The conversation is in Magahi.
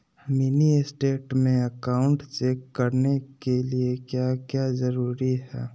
मिनी स्टेट में अकाउंट चेक करने के लिए क्या क्या जरूरी है?